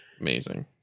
Amazing